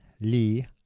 Lee